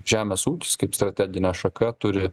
žemės ūkis kaip strateginė šaka turi